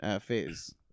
phase